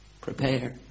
Prepare